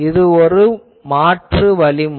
இது ஒரு மாற்று வழிமுறை